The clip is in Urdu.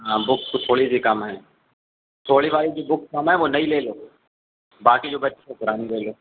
ہاں بکس تو تھوڑی سی کم ہیں تھوڑی والی جو بک کم ہیں وہ نئی لے لو باقی جو بچی وہ پرانی لے لو